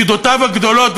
מידותיו הגדולות,